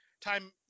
time